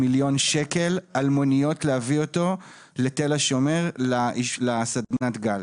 מיליון שקל על מוניות להביא אותו לתל השומר לסדנת גל.